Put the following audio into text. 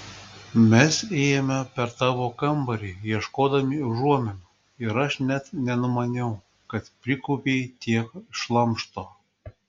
mes ėjome per tavo kambarį ieškodami užuominų ir aš net nenumaniau kad prikaupei tiek šlamšto